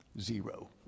Zero